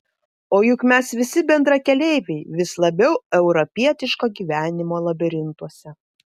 o juk mes visi bendrakeleiviai vis labiau europietiško gyvenimo labirintuose